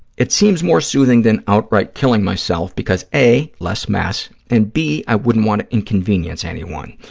it seems more soothing that outright killing myself because, a, less mess, and b, i wouldn't want to inconvenience anyone.